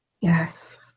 Yes